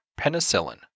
penicillin